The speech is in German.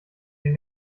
den